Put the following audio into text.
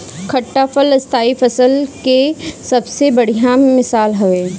खट्टा फल स्थाई फसल के सबसे बढ़िया मिसाल हवे